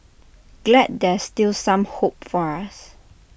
glad there's still some hope for us